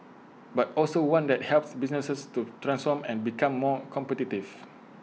but also one that helps businesses to transform and become more competitive